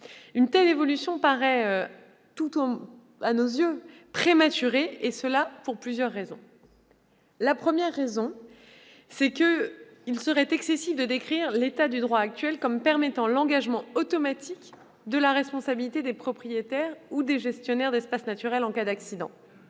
une telle évolution nous paraît prématurée, et ce pour plusieurs raisons. En premier lieu, il serait excessif de décrire l'état du droit actuel comme permettant l'engagement automatique de la responsabilité des propriétaires ou gestionnaires d'espaces naturels en cas d'accident.